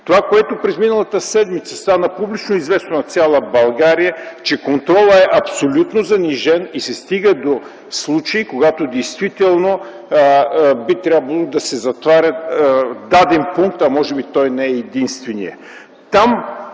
прегледи. През миналата седмица стана публично известно на цяла България, че контролът е абсолютно занижен и се стига до случаи, когато би трябвало да се затваря даден пункт, а може би той не е единственият.